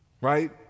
Right